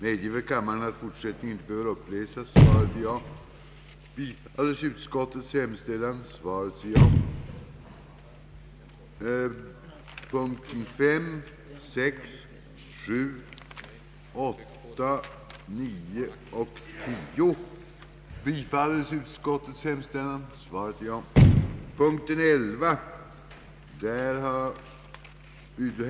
Jag får meddela att dagens samman träde kommer att avslutas omkring kl.